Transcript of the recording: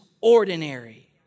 ordinary